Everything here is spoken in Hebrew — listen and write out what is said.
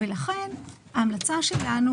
לכן ההמלצה שלנו